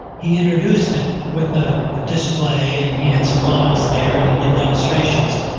he introduced it with a ah display and he had some models there, and he did demonstrations.